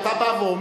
אתה בא ואומר: